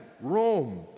Rome